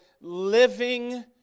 living